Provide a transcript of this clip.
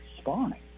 spawning